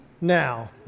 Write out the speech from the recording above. now